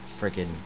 freaking